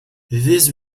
this